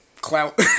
clout